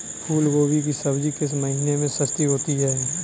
फूल गोभी की सब्जी किस महीने में सस्ती होती है?